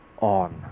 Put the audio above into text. on